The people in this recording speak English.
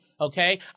Okay